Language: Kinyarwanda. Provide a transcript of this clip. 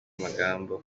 magambo